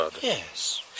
Yes